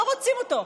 לא רוצים אותו.